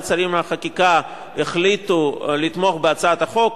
השרים לחקיקה החליטו לתמוך בהצעת החוק,